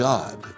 God